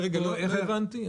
לא הבנתי.